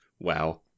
Wow